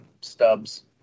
stubs